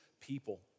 people